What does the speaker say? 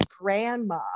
grandma